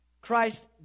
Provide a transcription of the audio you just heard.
Christ